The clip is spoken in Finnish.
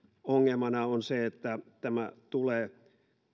ongelmana on se että tämä tulee